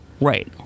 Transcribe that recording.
Right